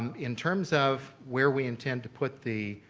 um in terms of where we intend to put the